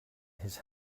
his